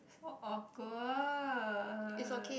is work of good